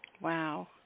Wow